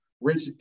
Rich